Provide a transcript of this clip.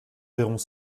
verront